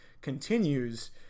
continues